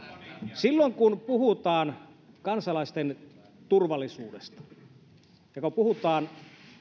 silloin kun puhutaan kansalaisten turvallisuudesta jopa puhutaan